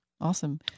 Awesome